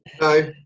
no